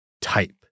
type